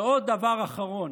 ועוד דבר אחרון,